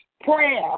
Prayer